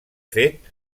fet